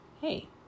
hey